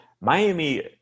Miami